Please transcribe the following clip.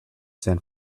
san